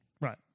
Right